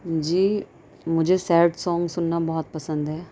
جی مجھے sad song سننا بہت پسند ہے